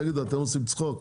אתם עושים צחוק?